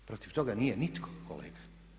Protiv toga nije nitko kolega.